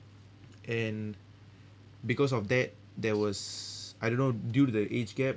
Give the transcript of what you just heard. and because of that there was I don't know due to the age gap